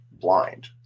blind